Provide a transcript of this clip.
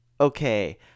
okay